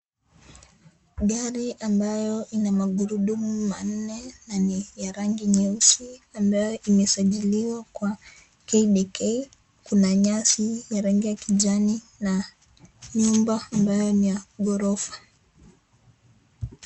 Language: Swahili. Gari ambayo ina magurudumu manne, yenye ya rangi nyeusi ambayo imesajiliwa kwa KDK. Kuna nyasi ya rangi ya kijani na nyumba ambayo ni ya gorofa.